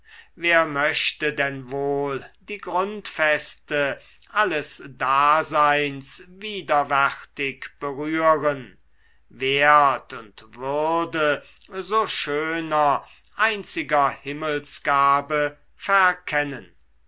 wer möchte denn wohl die grundfeste alles daseins widerwärtig berühren wert und würde so schöner einziger himmelsgabe verkennen